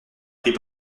pris